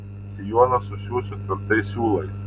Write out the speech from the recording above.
sijoną susiųsiu tvirtais siūlais